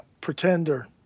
Pretender